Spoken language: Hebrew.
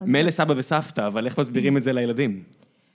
מילא סבא וסבתא, אבל איך מסבירים את זה לילדים?